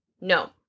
no